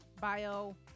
bio